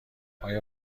آیا